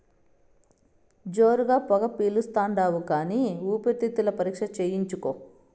జోరుగా పొగ పిలిస్తాండావు కానీ ఊపిరితిత్తుల పరీక్ష చేయించుకో